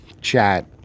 chat